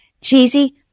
cheesy